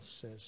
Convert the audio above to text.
says